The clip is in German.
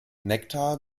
nektar